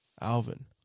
Alvin